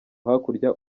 hakurya